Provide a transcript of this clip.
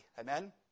amen